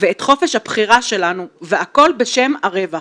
ואת חופש הבחירה שלנו, והכל בשם הרווח.